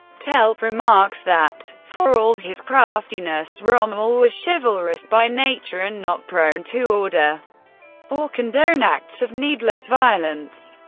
telp remarks that, for all his craftiness, rommel was chivalrous by nature and not prone to order or condone acts of needless violence.